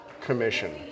commission